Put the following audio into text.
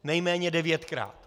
Nejméně devětkrát.